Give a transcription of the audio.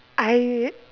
I